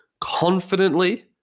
confidently